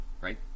right